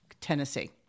Tennessee